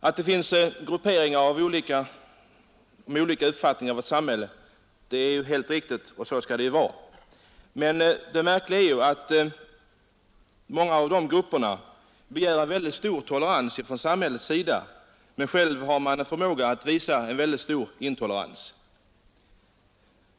Att det finns grupperingar med olika uppfattningar i vårt samhälle är riktigt, och så skall det vara. Men det märkliga är att många av dessa grupper begär en mycket stor tolerans från samhället men själva har en förmåga att visa mycket stor intolerans.